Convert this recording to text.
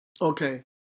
Okay